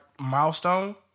milestone